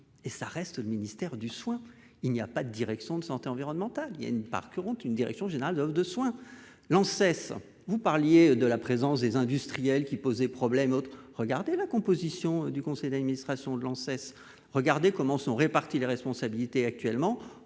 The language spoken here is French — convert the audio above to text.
et ça reste le ministère du soin, il n'y a pas d'Direction de santé environnementale, il y a une part qui auront une direction générale de soins Lens vous parliez de la présence des industriels qui posait problème, regardez la composition du conseil d'administration de Lens, regardez comment sont répartis les responsabilités actuellement